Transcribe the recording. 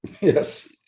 Yes